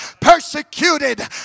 Persecuted